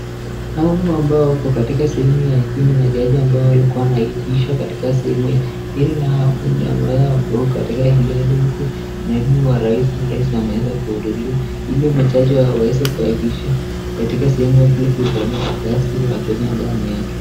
Hao ambao wako katika sehemu ya chini, majaji ambao walikuwa wanaapishwa katika sehemu hiyo. Hili nao ambaye yuko katika hili huku naibu wa rais na rais wameweza kuhudhuria ili majaji hao waweze kuapishwa katika sehemu hiyo ili kuifanyia kazi wakenya ambayo ni ya haki.